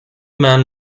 man